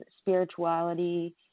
spirituality